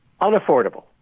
Unaffordable